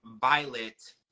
Violet